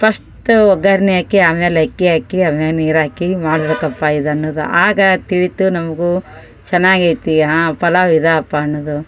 first ಒಗ್ಗರ್ಣೆ ಹಾಕಿ ಆಮೇಲೆ ಅಕ್ಕಿ ಹಾಕಿ ಆಮೇಲೆ ನೀರುಹಾಕಿ ಮಾಡಬೇಕಪ್ಪ ಇದು ಅನ್ನೋದು ಆಗ ತಿಳೀತು ನಮಗೂ ಚೆನ್ನಾಗಿದೆ ಹಾಂ ಪಲಾವ್ ಇದಪ್ಪ ಅನ್ನೋದು